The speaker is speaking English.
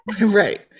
Right